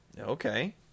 Okay